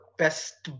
best